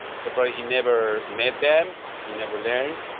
so probably he never met them, he never learned.